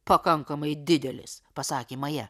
pakankamai didelės pasakė maja